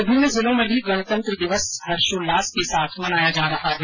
विभिन्न जिलों में भी गणतंत्र दिवस हर्षोल्लास के साथ मनाया जा रहा है